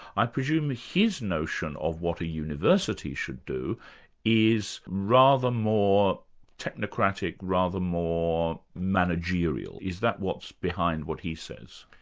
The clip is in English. i presume ah his notion of what a university should do is rather more technocratic, rather more managerial. is that what's behind what he says?